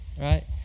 right